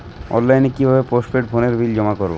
অনলাইনে কি ভাবে পোস্টপেড ফোনের বিল জমা করব?